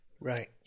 Right